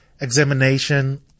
examination